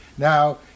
Now